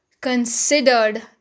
considered